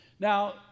Now